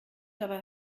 dabei